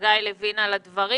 חגי לוין, תודה רבה על הדברים.